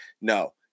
No